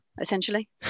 essentially